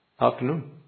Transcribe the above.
afternoon